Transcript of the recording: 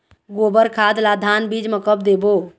गोबर खाद ला धान बीज म कब देबो?